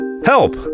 Help